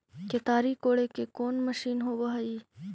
केताड़ी कोड़े के कोन मशीन होब हइ?